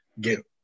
get